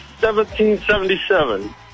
1777